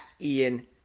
Ian